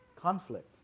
conflict